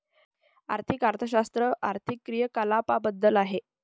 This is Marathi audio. आर्थिक अर्थशास्त्र आर्थिक क्रियाकलापांबद्दल आहे